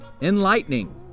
enlightening